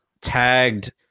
tagged